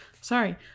sorry